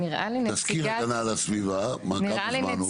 נציג הגנת הסביבה, כמה זמן הוא?